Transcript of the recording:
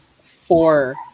four